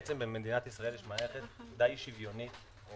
במדינת ישראל יש מערכת די שוויונית או,